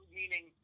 meaning